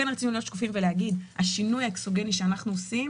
רצינו להיות שקופים ולהגיד שהשינוי האקסוגני שאנחנו עושים